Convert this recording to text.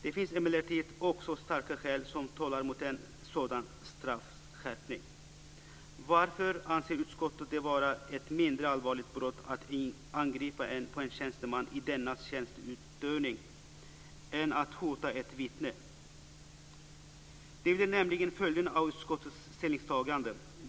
Det finns emellertid också starka skäl som talar mot en sådan straffskärpning. Varför anser utskottet det vara ett mindre allvarligt brott att angripa en tjänsteman i dennes tjänsteutövning än att hota ett vittne? Det blir nämligen följden av utskottets ställningstagande.